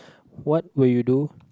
what will you do